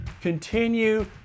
continue